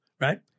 right